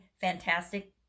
fantastic